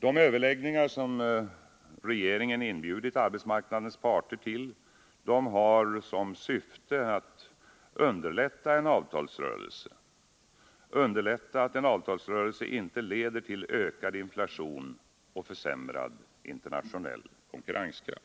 De överläggningar som regeringen inbjudit arbetsmarknadens parter till har som syfte att underlätta en avtalsrörelse så att den inte leder till ökad inflation och försämrad internationell konkurrenskraft.